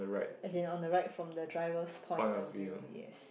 as in on the right from the driver's point of view yes